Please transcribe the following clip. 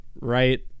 right